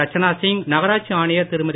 ரச்சனா சிங் நகராட்சி ஆணையர் திருமதி